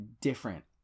different